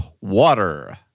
water